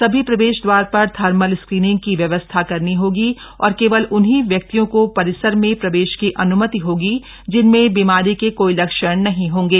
सभी प्रवेश द्वार पर थर्मल स्क्रीनिंग की व्यवस्था करनी होगी और केवल उन्हीं व्यक्तियों को परिसर में प्रवेश की अन्मति होगी जिनमें बीमारी के कोई लक्षण नहीं होंगे